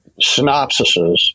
synopsises